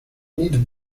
neat